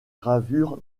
gravures